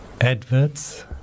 adverts